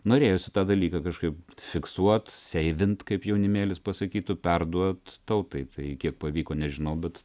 norėjosi tą dalyką kažkaip fiksuot seivint kaip jaunimėlis pasakytų perduot tautai tai kiek pavyko nežinau bet